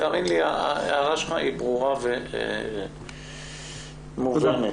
הערתך ברורה ומובנת.